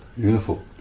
Beautiful